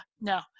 no